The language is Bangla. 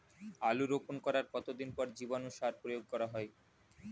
আলু রোপণ করার কতদিন পর জীবাণু সার প্রয়োগ করা হয়?